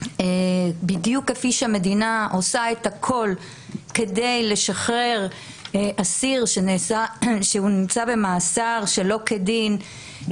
בדיוק כפי שהמדינה עושה את הכל כדי לשחרר אסיר שנמצא במאסר שלא כדין,